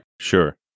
sure